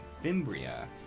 Fimbria